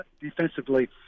defensively